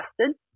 tested